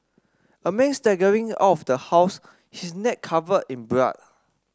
a man staggering out of the house she's neck covered in blood